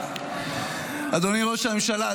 אדוני ראש הממשלה,